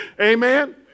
Amen